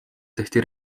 tehti